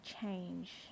change